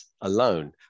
alone